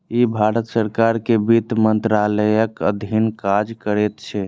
ई भारत सरकार के वित्त मंत्रालयक अधीन काज करैत छै